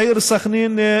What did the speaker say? העיר סח'נין,